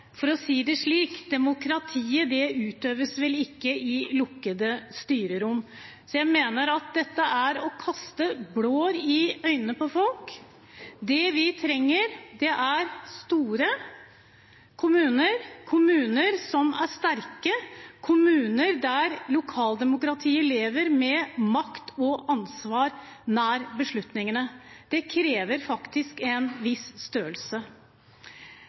for å si det slik: Demokratiet utøves vel ikke i lukkede styrerom. Så jeg mener at dette er å kaste blår i øynene på folk. Det vi trenger, er store kommuner, kommuner som er sterke, kommuner der lokaldemokratiet lever, med makt og ansvar nær beslutningene. Det krever faktisk en viss størrelse.